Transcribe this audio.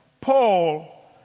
Paul